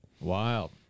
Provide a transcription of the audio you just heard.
Wow